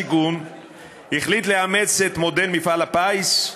והשיכון החליטו לאמץ את מודל מפעל הפיס?